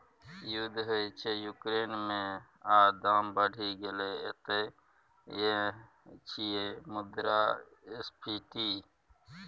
युद्ध होइ छै युक्रेन मे आ दाम बढ़ि गेलै एतय यैह छियै मुद्रास्फीति